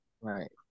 Right